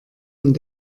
und